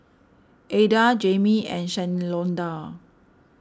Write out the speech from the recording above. Adda Jamey and Shalonda